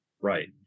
Right